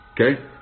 Okay